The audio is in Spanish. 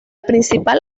principal